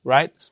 Right